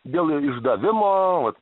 dėl išdavimo vat